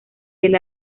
del